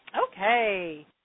Okay